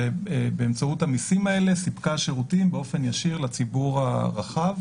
ובאמצעותם סיפקה שירותים ישירות לציבור הרחב.